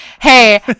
Hey